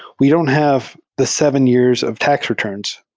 we don't have the seven years of tax returns